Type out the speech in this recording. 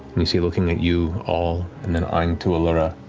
and you see looking at you all and then eyeing to allura.